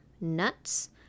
nuts